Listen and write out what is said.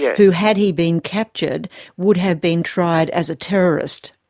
yeah who had he been captured would have been tried as a terrorist.